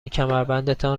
کمربندتان